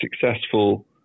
successful